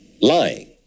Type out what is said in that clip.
lying